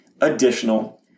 additional